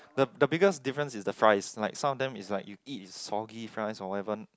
the the biggest difference is the fries like some of them is like you eat is soggy fries or whatever